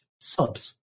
subs